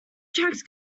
tracks